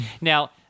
Now